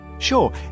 Sure